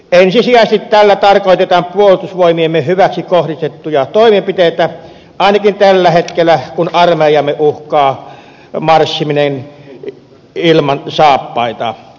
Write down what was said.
ensisijaisesti tällä tarkoitetaan puolustusvoimiemme hyväksi kohdistettuja toimenpiteitä ainakin tällä hetkellä kun armeijaamme uhkaa marssiminen ilman saappaita